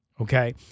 okay